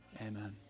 Amen